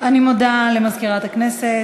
אני מודה למזכירת הכנסת.